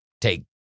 take